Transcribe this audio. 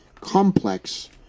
complex